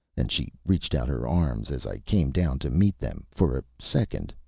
and she reached out her arms as i came down to meet them. for a second,